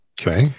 Okay